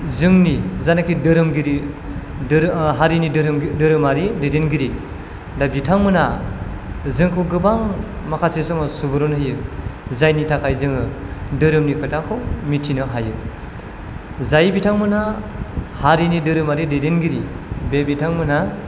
जोंंनि जेनाखि धोरोमगिरि हारिनि धोरोमारि दैदेनगिरि दा बिथांमोना जोंखौ गोबां माखासे समाव सुबुरुन होयो जायनि थाखाय जोङो धोरोमनि खोथाखौ मिथिनो हायो जाय बिथांमोना हारिनि धोरोमारि दैदेनगिरि बे बिथांमोनहा